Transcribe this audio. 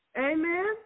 Amen